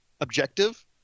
objective